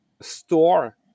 store